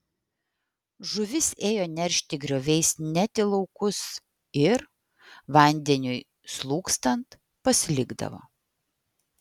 žuvis ėjo neršti grioviais net į laukus ir vandeniui slūgstant pasilikdavo